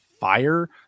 fire